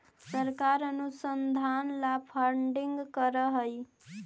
सरकार अनुसंधान ला फंडिंग करअ हई